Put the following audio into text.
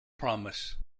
promise